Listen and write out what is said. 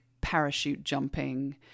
parachute-jumping